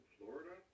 Florida